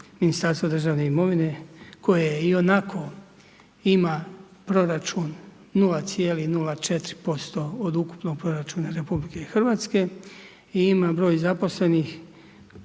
Ministarstvo državne imovine koje je i onako ima proračun 0,04% od ukupnog proračuna RH i ima broj zaposlenih